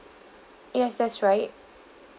yes that's right